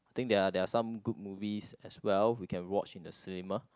think there are there are some good movies as well we can watch in the cinema